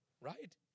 right